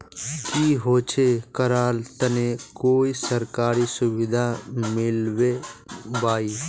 की होचे करार तने कोई सरकारी सुविधा मिलबे बाई?